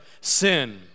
sin